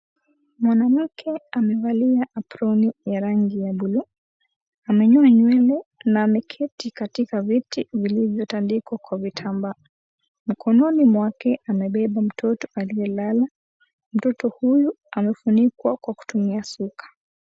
Mwanamuke, amevalia aproni, ya rangi ya buluu, amenyoa nywele, na ameketi katika viti, vilivyo tandikwa kwa vitambaa, mkononi mwake, amebeba mtoto aliye lala, mtoto huyu, amefunikwa kwa kutumia suka.